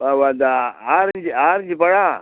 இந்த orange orange பழம்